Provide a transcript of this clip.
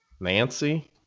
Nancy